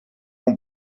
ont